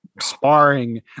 sparring